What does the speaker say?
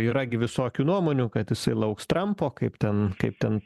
yra gi visokių nuomonių kad jisai lauks trampo kaip ten kaip ten